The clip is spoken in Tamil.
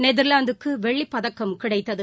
நெதர்லாந்துக்கு வெள்ளிப் பதக்கம் கிடைத்தது